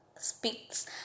speaks